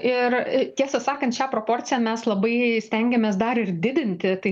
ir tiesą sakant šią proporciją mes labai stengiamės dar ir didinti tai